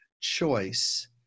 choice